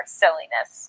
silliness